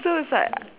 so it's like